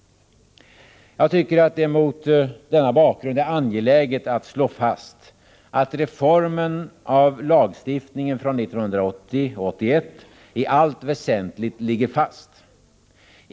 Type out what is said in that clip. Jag tycker att det mot denna bakgrund är angeläget att slå fast att reformen av lagstiftningen från 1980/81 i allt väsentligt ligger fast.